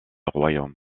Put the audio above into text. royaume